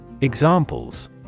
Examples